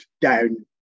down